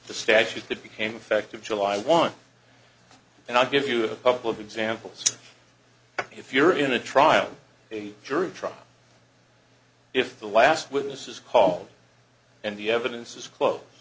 statute that became fact of july one and i'll give you a couple of examples if you're in a trial a jury trial if the last witnesses call and the evidence is close